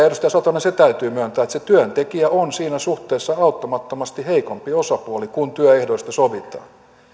edustaja satonen se täytyy myöntää että se työntekijä on siinä suhteessa auttamattomasti heikompi osapuoli kun työehdoista sovitaan